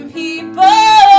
people